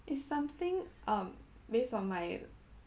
it's something um based on my